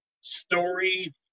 story